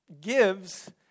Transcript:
gives